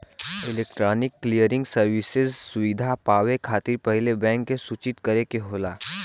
electronic clearing services सुविधा पावे खातिर पहिले बैंक के सूचित करे के होला